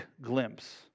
glimpse